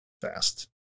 fast